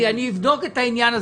כי משרד החינוך פעל,